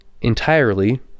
entirely